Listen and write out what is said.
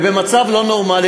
ובמצב לא נורמלי,